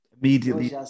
Immediately